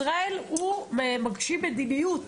ישראל הוא מגשים מדיניות.